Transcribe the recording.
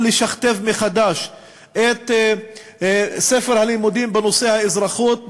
לשכתב את ספר הלימוד בנושא האזרחות,